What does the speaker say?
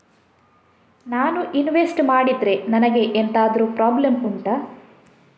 ನಾನು ಇನ್ವೆಸ್ಟ್ ಮಾಡಿದ್ರೆ ನನಗೆ ಎಂತಾದ್ರು ಪ್ರಾಬ್ಲಮ್ ಉಂಟಾ